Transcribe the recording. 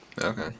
Okay